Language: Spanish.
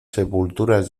sepulturas